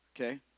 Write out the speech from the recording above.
okay